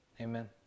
Amen